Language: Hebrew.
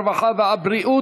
הרווחה והבריאות